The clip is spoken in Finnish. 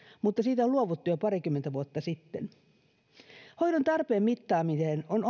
mutta siitä on luovuttu jo parikymmentä vuotta sitten hoidon tarpeen mittaamiseen on